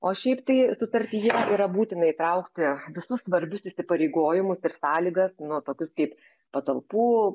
o šiaip tai sutartyje yra būtina įtraukti visus svarbius įsipareigojimus ir sąlygas nu tokius kaip patalpų